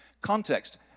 Context